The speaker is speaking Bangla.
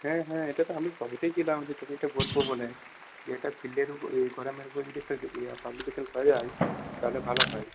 হ্যাঁ হ্যাঁ এটা তো আমি ছিলাম যে তোকে এটা বলবো বলে এটা ফিল্ডের উপর করমের উপর যদি একটা পাবলিকেশন করা যায় তাহলে ভালো হয়